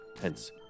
hence